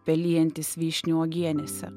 pelijantys vyšnių uogienėse